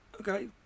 Okay